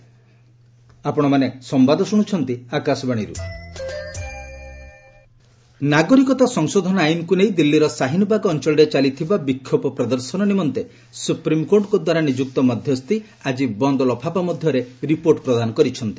SC Shaheen Bagh ନାଗରିକତା ସଂଶୋଧନ ଆଇନକୁ ନେଇ ଦିଲ୍ଲୀର ଶାହିନ୍ ବାଗ୍ ଅଞ୍ଚଳରେ ଚାଲିଥିବା ବିକ୍ଷୋଭ ପ୍ରଦର୍ଶନ ନିମନ୍ତେ ସୁପ୍ରିମ୍କୋର୍ଟଙ୍କଦ୍ୱାରା ନିଯୁକ୍ତ ମଧ୍ୟସ୍ଥି ଆଜି ବନ୍ଦ୍ ଲଫାପା ମଧ୍ୟରେ ରିପୋର୍ଟ ପ୍ରଦାନ କରିଛନ୍ତି